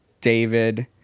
david